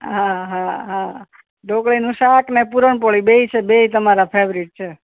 હા હા હા ઢોકળીનું શાક ને પુરણપોળી બેય છે બેય તમારા ફેવરીટ છે